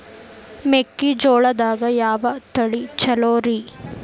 ಮೆಕ್ಕಿಜೋಳದಾಗ ಯಾವ ತಳಿ ಛಲೋರಿ?